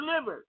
delivered